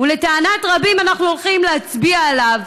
ולטענת רבים אנחנו הולכים להצביע עליו,